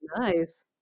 nice